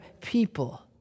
people